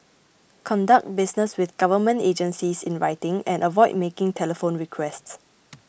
conduct business with government agencies in writing and avoid making telephone requests